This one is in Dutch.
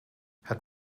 het